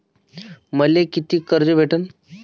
मले कितीक कर्ज भेटन?